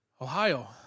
Ohio